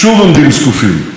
אבל הקירות הללו,